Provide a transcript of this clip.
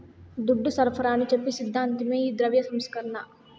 దుడ్డు సరఫరాని చెప్పి సిద్ధాంతమే ఈ ద్రవ్య సంస్కరణ